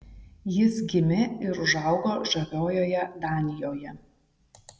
jis gimė ir užaugo žaviojoje danijoje